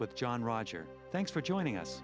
what john roger thanks for joining us